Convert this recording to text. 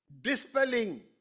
dispelling